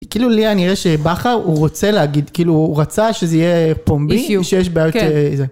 - כאילו לי היה נראה נראה שבכר, הוא רוצה להגיד, כאילו הוא רצה שזה יהיה פומבי - if you - שיש בעיות.. זה